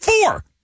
Four